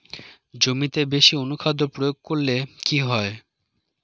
জমিতে বেশি অনুখাদ্য প্রয়োগ করলে কি হয়?